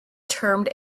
termed